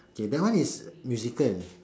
okay that one is musical